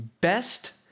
best